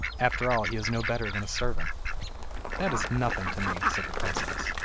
after all he is no better than a servant that is nothing to me said the princess,